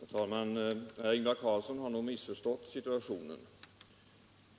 Herr talman! Herr Ingvar Carlsson har nog missförstått situationen.